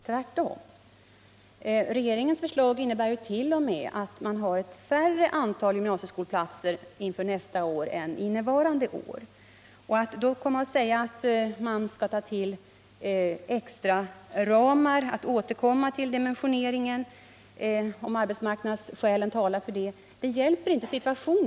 Tvärtom — regeringens förslag innebär t.o.m. ett lägre antal gymnasieskolplatser inför nästa år än innevarande år. Det hjälper inte upp situationen att komma och tala om att man skall ta till extraramar och återkomma till dimensioneringen, om arbetsmarknadsskäl talar för det.